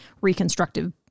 reconstructive